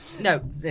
No